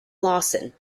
lawson